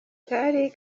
kari